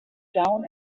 down